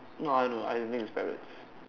no I no I don't think it's parrots